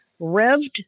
revved